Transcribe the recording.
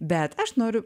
bet aš noriu